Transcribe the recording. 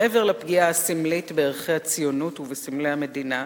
מעבר לפגיעה הסמלית בערכי הציונות ובסמלי המדינה,